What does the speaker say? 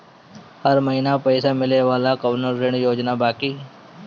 हर महीना पइसा मिले वाला कवनो ऋण योजना बा की?